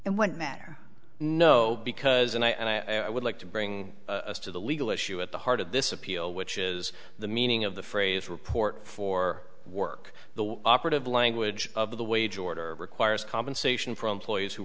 matter no because and i would like to bring to the legal issue at the heart of this appeal which is the meaning of the phrase report for work the operative language of the wage order requires compensation for employees who